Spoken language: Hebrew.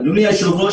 אדוני היושב-ראש,